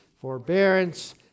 forbearance